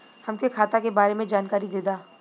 हमके खाता के बारे में जानकारी देदा?